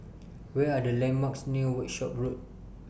Where Are The landmarks near Workshop Road